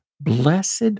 Blessed